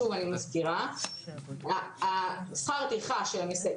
אני מבינה שאמורות להיות הערות בזום לגבי הנושא